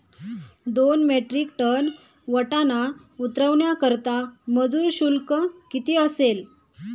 दोन metric tonne वाटाणा उतरवण्याकरता मजूर शुल्क किती असेल?